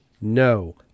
no